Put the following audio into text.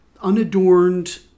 unadorned